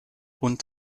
und